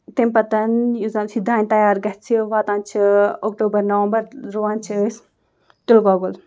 تَمہِ پَتَن یُس زَنہٕ چھِ دانہٕ تیار گژھِ واتان چھِ اکٹوٗبر نومبَر رُوان چھِ أسۍ تِلہٕ گۄگُل